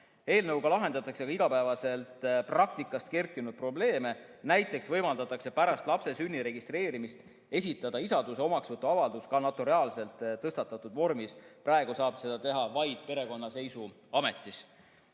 Eelnõuga ahendatakse ka igapäevasest praktikast kerkinud probleeme. Näiteks võimaldatakse pärast lapse sünni registreerimist esitada isaduse omaksvõtu avaldus ka notariaalselt tõestatud vormis. Praegu saab seda teha vaid perekonnaseisuametis.